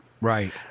right